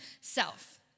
self